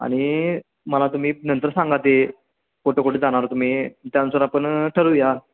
आणि मला तुम्ही नंतर सांगा ते कुठे कुठे जाणार तुम्ही त्यानुसार आपण ठरवूया